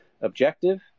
objective